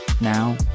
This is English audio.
Now